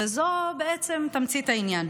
וזו בעצם תמצית העניין.